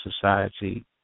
society